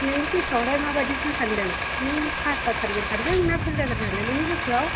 नोंनि गोसोआवलाय माबायदिसो सानदों नों पास जाथारगोन सानदों ना फेल जागोन सानदों नोंनि गोसोआव